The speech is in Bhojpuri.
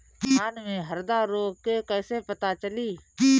धान में हरदा रोग के कैसे पता चली?